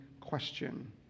question